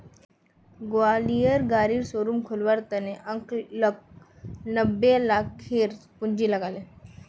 ग्वालियरेर गाड़ी शोरूम खोलवार त न अंकलक नब्बे लाखेर पूंजी लाग ले